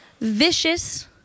vicious